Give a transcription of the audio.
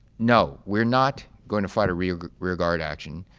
no, we're not going to fight a rear rear guard action.